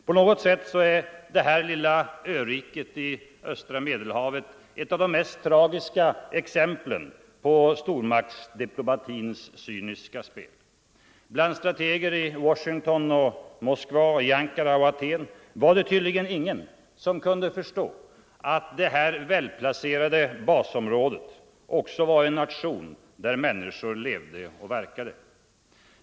På något sätt är detta lilla örike i östra Medelhavet ett av de mest tragiska exempel på stormaktsdiplomatins cyniska spel. Balnd strategerna i Wash 109 ington och Moskva, i Ankara och Aten var det tydligen ingen som kunde förstå att detta välplacerade basområde också var en nation där människor levde och verkade.